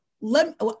Let